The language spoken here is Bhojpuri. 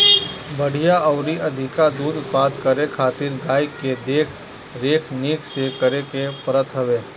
बढ़िया अउरी अधिका दूध उत्पादन करे खातिर गाई के देख रेख निक से करे के पड़त हवे